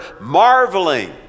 marveling